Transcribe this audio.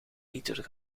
liter